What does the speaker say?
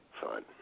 fun